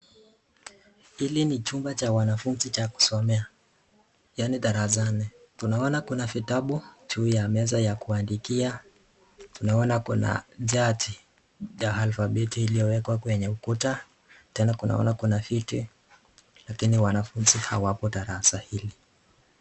Hiki ni chumba cha wanafunzi cha kusomea, yaani darasani tunaona kuwa kuna vitabu juu ya meza ya kuandikia, tunaona kuna chati ya(cs) alfabeti (cs)yaliowekwa kwenye ukuta ,tena tunaona kuna viti, tena kuna wanafunzi hawapo darasa hili,